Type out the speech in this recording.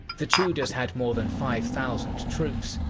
the tudors had more than five thousand troops,